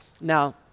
Now